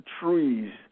trees